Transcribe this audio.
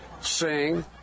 sing